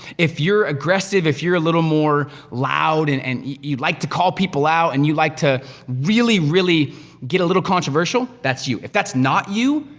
if you're aggressive, if you're a little more loud, and and you like to call people out, and you like to really, really get a little more controversial, that's you. if that's not you,